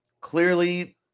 Clearly